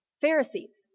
Pharisees